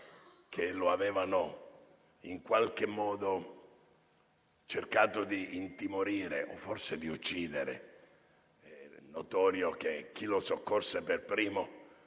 che lo avevano in qualche modo cercato di intimorire (o, forse, di uccidere). È notorio che chi lo soccorse per primo,